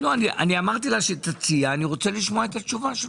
אני אמרתי לה שתציע ואני רוצה לשמוע את התשובה שלך.